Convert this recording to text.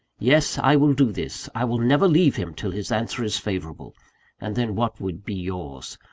yes, i will do this i will never leave him till his answer is favourable and then what would be yours?